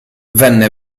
venne